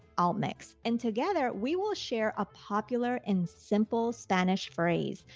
all mix and together we will share a popular in simple spanish phrase,